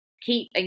keep